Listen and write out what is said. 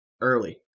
early